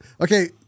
Okay